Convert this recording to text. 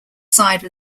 side